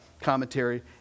commentary